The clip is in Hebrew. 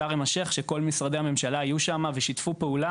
שקידמנו יחד עם משרדי ממשלה נוספים פה,